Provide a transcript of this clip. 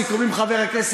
אפילו את זה